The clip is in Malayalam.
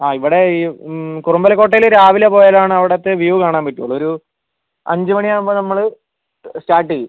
ആ ഇവിടെ ഈ കുറുമ്പലക്കോട്ടയിൽ രാവിലെ പോയാലാണ് അവിടുത്തെ വ്യൂ കാണാൻ പറ്റുള്ളൂ ഒരു അഞ്ചു മണി ആകുമ്പോൾ നമ്മൾ സ്റ്റാർട്ട് ചെയ്യും